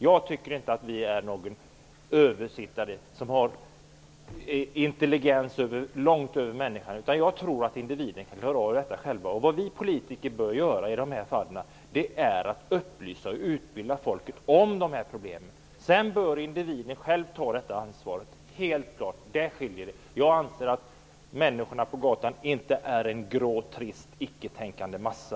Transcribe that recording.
Jag tycker inte att vi är några översittare som har intelligens långt över den vanliga människans. Jag tror att individen kan klara av detta själv. Vad vi politiker bör göra är att upplysa och utbilda folk om problemen. Sedan bör individen själv ta ansvar. Där skiljer vi oss åt. Jag anser att människorna på gatan inte är en grå trist icke-tänkande massa.